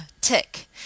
tick